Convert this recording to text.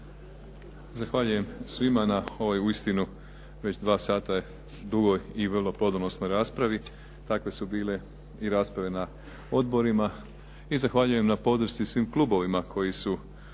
Zahvaljujem svima na ovoj uistinu već dva sata dugoj i vrlo podonosnoj raspravi. Takve su bile i rasprave na odborima i zahvaljujem na podršci svim klubovima koji su